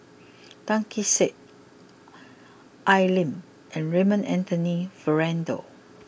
Tan Kee Sek Al Lim and Raymond Anthony Fernando